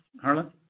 Harlan